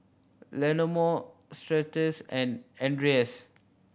Leonore Stasia and Andres